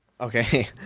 Okay